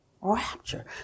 rapture